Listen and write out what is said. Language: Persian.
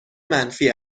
منفی